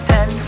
Ten